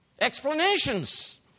Explanations